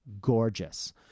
gorgeous